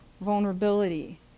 vulnerability